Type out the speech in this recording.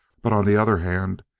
but on the other hand,